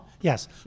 Yes